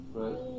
right